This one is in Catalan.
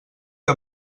que